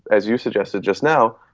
as you suggested just now,